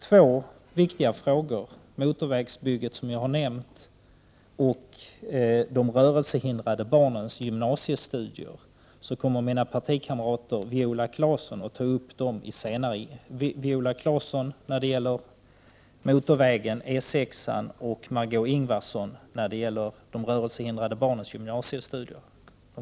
Två viktiga frågor, motorvägsbygget, som jag har nämnt, och de rörelsehindrade barnens gymnasiestudier, kommer att beröras i senare inlägg av två partikamrater: Viola Claesson när det gäller motorväg E 6 och Margé Ingvardsson när det gäller de rörelsehindrade barnens gymnasiestudier.